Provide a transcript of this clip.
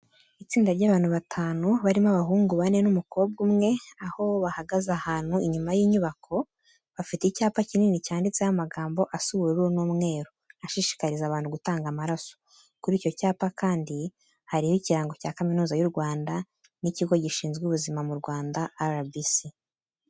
Itsinda ry'abantu batanu barimo abahungu bane n'umukobwa umwe, aho bahagaze ahantu inyuma y'inyubako, bafite icyapa kinini cyanditseho amagambo asa ubururu n'umweru ashishikariza abantu gutanga amaraso. Kuri icyo cyapa kandi, hariho ikirango cya Kaminuza y'u Rwanda n'icy'ikigo gishinzwe ubuzima mu Rwanda RBC.